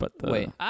Wait